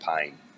pain